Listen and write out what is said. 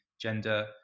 gender